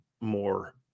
more